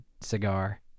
cigar